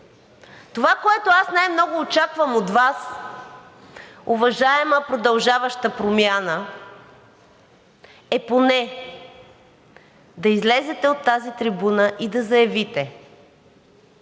Това, което аз най-много очаквам от Вас, уважаема „Продължаваща Промяна“, е поне да излезете на тази трибуна и да заявите,